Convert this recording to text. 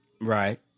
Right